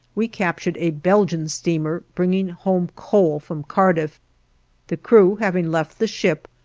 we captured a belgian steamer bringing home coal from cardiff the crew having left the ship,